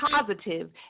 positive